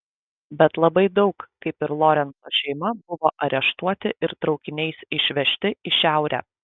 bet labai daug kaip ir lorenco šeima buvo areštuoti ir traukiniais išvežti į šiaurę